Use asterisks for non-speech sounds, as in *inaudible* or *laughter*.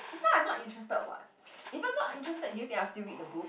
is not I'm not interested [what] *noise* even not interested do you think I'll still read the book